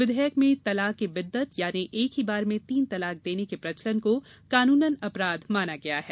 विघेयक में तलाक ए बिद्दत यानी एक ही बार में तीन तलाक देने के प्रचलन को कानूनन अपराध माना गया है